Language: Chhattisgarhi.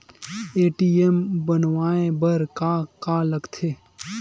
ए.टी.एम बनवाय बर का का लगथे?